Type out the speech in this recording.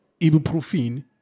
ibuprofen